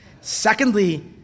Secondly